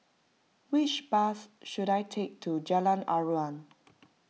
which bus should I take to Jalan Aruan